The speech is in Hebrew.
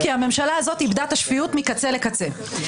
כי הממשלה הזאת איבדה את השפיות מקצה לקצה.